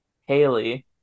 Haley